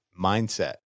mindset